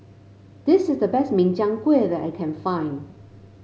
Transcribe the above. this is the best Min Chiang Kueh that I can find